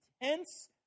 intense